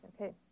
Okay